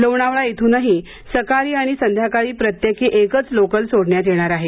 लोणवळा इथ्रनही सकाळी आणि सायंकाळी प्रत्येकी एकच लोकल सोडण्यात येणार आहे